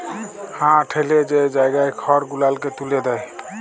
হাঁ ঠ্যালে যে জায়গায় খড় গুলালকে ত্যুলে দেয়